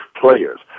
players